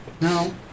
No